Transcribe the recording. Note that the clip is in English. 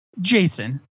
Jason